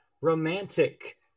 romantic